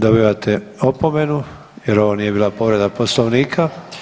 Dobivate opomenu jer ovo nije bila povreda Poslovnika.